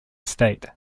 state